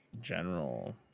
general